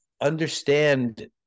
understand